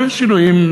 בשינויים,